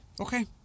Okay